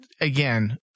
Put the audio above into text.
Again